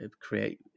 create